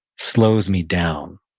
slows me down,